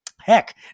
Heck